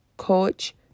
coach